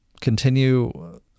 continue